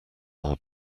are